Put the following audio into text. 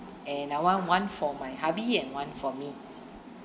and I want one for my hubby and one for me